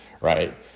right